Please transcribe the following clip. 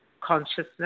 consciousness